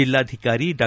ಜಿಲ್ಲಾಧಿಕಾರಿ ಡಾ